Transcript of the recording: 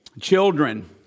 Children